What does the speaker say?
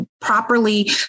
properly